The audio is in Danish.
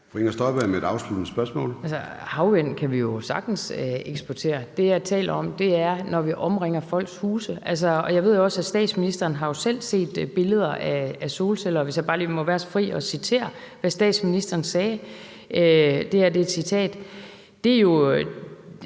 Inger Støjberg (DD): Havvind kan vi jo sagtens eksportere. Det, jeg taler om, er, når vi omringer folks huse. Jeg ved også, at statsministeren jo selv har set billeder af solceller, og hvis jeg bare lige må være så fri at citere det, statsministeren sagde, kommer der her et citat: »Det er jo